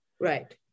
Right